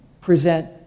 present